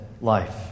life